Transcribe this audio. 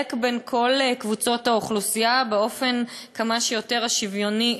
בין כל קבוצות האוכלוסייה באופן כמה שיותר שוויוני,